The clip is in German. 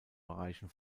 bereichen